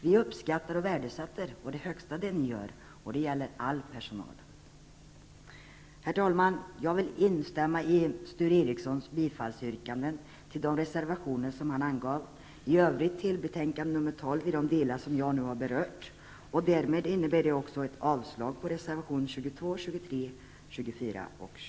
Vi uppskattar och värdesätter på det högsta det ni gör -- det gäller all personal. Herr talman! Jag vill instämma i Sture Ericsons bifallsyrkande till de reservationer som han angav. I övrigt vill jag yrka bifall till hemställan i betänkande nr 12 i de delar som jag nu har berört.